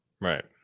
Right